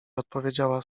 odpowiedziała